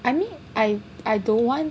I mean I I don't want